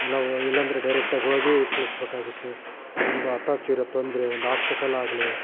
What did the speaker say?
ಇಲ್ಲ ವೋ ಇಲ್ಲಾಂದರೆ ಡೈರೆಕ್ಟಾಗಿ ಹೋಗಿ ತಿಳಿಸ್ಬೇಕಾಗಿತ್ತು ಒಂದು ಅಚಾತುರ್ಯ ತೊಂದರೆ ಒಂದು ಆಸ್ಪಿಟಲಾಗಲಿ